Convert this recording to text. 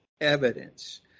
evidence